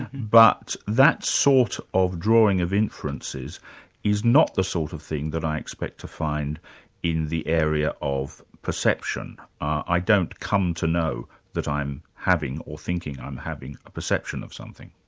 but that sort of drawing of inferences is not the sort of thing that i expect to find in the area of perception. i don't come to know that i'm having or thinking i'm having a perception of something.